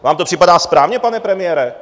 Vám to připadá správně, pane premiére?